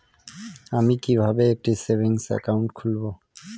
আমি কিভাবে একটি সেভিংস অ্যাকাউন্ট খুলব?